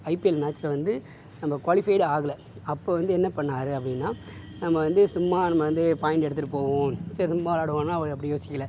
IPL மேச்சில் வந்து நம்ப குவாலிஃபைடு ஆகலை அப்போ வந்து என்ன பண்ணிணாரு அப்படீனா நம்ம வந்து சும்மா நம்ம வந்து பாயிண்ட் எடுத்துகிட்டு போவோம் சரி சும்மா விளாடுவோன்னு அவர் அப்படி யோசிக்கலை